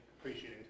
appreciating